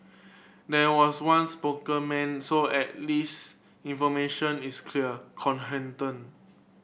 there was one spokesman so at least information is clear